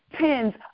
tens